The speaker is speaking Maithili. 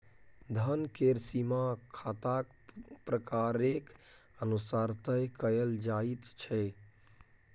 धन केर सीमा खाताक प्रकारेक अनुसार तय कएल जाइत छै